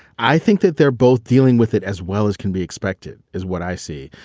i think that they're both dealing with it as well as can be expected is what i see.